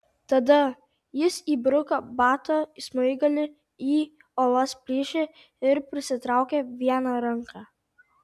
tada jis įbruko bato smaigalį į uolos plyšį ir prisitraukė viena ranka